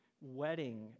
wedding